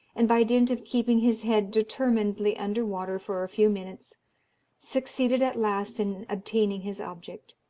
and by dint of keeping his head determinedly under water for a few minutes succeeded at last in obtaining his object,